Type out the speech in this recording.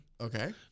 Okay